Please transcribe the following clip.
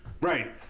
Right